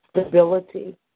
stability